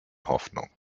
hoffnung